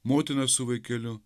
motina su vaikeliu